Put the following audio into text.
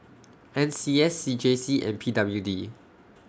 N C S C J C and P W D